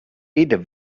eat